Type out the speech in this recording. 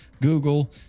Google